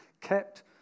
kept